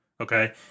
Okay